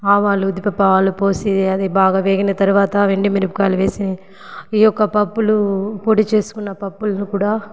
ఆవాలు ఉద్దిపప్పు ఆవాలు పోసి అవి బాగా వేగిన తర్వాత ఎండు మిరపకాయలు వేసి ఈ యొక్క పప్పులు పొడి చేసుకున్న పప్పులను కూడా